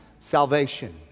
salvation